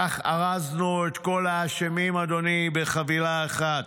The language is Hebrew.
כך ארזנו את כל האשמים, אדוני, בחבילה אחת.